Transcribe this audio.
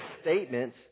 statement